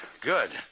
good